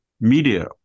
media